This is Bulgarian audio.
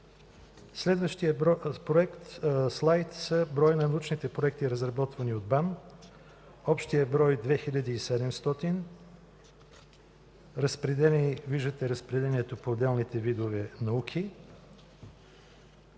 следващия слайд е броят на научните проекти, разработвани от БАН. Общият брой е 2700. Виждате разпределението по отделните видове науки.